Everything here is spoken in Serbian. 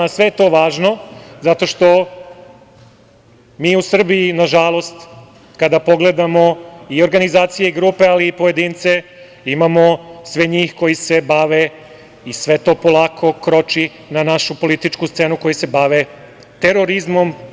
Sve je to važno zato što mi u Srbiji, nažalost, kada pogledamo i organizacije i grupe, ali i pojedince, imamo sve njih koji se bave i sve to polako kroči na našu političku scenu, koji se bave terorizmom.